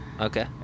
Okay